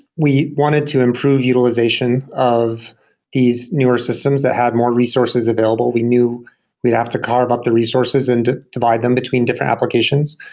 we wanted to improve utilization of these newer systems that had more resources available. we knew we'd have to carve up the resources and divide them between different applications.